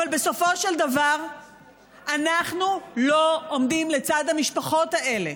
אבל בסופו של דבר אנחנו לא עומדים לצד המשפחות האלה,